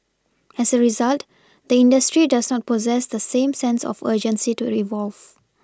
as a result the industry does not possess the same sense of urgency to evolve